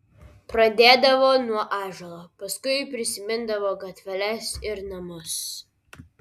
pradėdavo nuo ąžuolo paskui prisimindavo gatveles ir namus